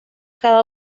cada